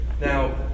now